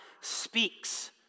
speaks